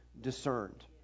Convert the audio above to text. discerned